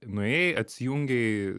nuėjai atsijungei